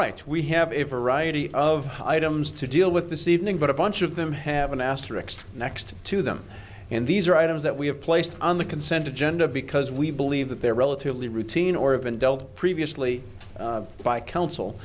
right we have a variety of items to deal with this evening but a bunch of them haven't asterix next to them and these are items that we have placed on the consent agenda because we believe that they're relatively routine or have been dealt previously